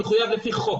שמחויב על פי חוק,